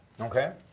Okay